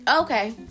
Okay